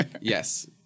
yes